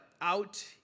Out